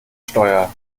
steuer